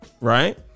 right